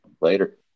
Later